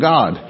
God